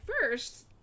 first